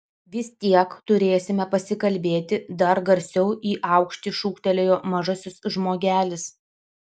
vis tiek turėsime pasikalbėti dar garsiau į aukštį šūktelėjo mažasis žmogelis